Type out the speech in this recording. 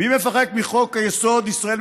מי מפחד מחוק-יסוד: ישראל,